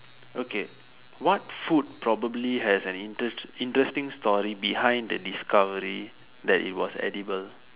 okay what food probably has an intere~ interesting story behind the discovery that it was edible